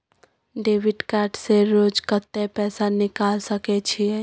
Debit card से रोज कत्ते पैसा निकाल सके छिये?